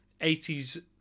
80s